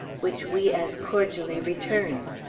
which we as cordially returned.